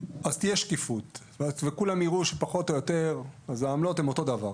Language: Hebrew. אז תהיה שקיפות וכולם יראו שפחות או יותר אז העמלות הן אותו דבר.